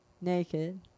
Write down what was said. Naked